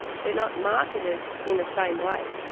they're not marketed in the same way.